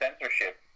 censorship